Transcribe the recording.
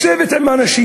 לשבת עם האנשים